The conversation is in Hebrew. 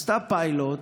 עשתה פיילוט.